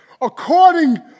according